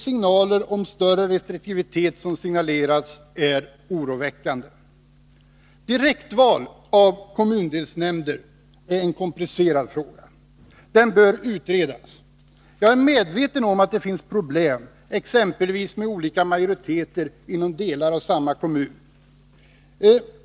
Signalerna om större restriktivitet är oroväckande. Direktval av kommundelsnämnder är en komplicerad fråga. Den bör utredas. Jag är medveten om att det finns problem exempelvis med olika majoriteter inom delar av samma kommun.